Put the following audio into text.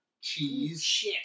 cheese